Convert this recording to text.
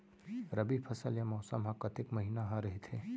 रबि फसल या मौसम हा कतेक महिना हा रहिथे?